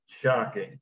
Shocking